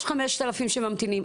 יש 5,000 שממתינים.